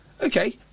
Okay